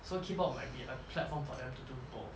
so K pop might be a platform for them to do both